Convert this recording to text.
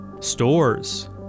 stores